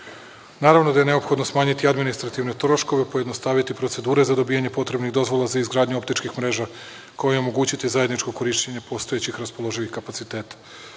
unije. Naravno da je neophodno smanjiti administrativne troškove, pojednostaviti procedure za dobijanje potrebnih dozvola za izgradnju optičkih mreža koje će omogućiti zajedničko korišćenje postojećih raspoloživih kapaciteta.